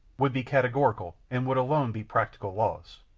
would be categorical, and would alone be practical laws.